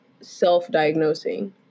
self-diagnosing